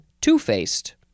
two-faced